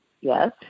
Yes